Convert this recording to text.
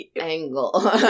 Angle